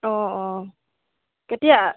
অঁ অঁ কেতিয়া